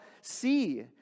see